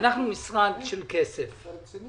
כסף